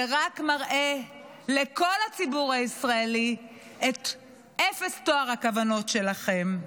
זה רק מראה לכל הציבור הישראלי את אפס טוהר הכוונות שלכם.